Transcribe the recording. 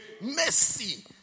mercy